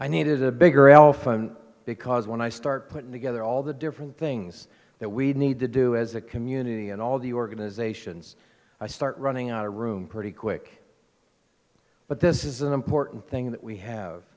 i needed a bigger elephant because when i start putting together all the different things that we need to do as a community and all the organizations i start running out of room pretty quick but this is an important thing that we have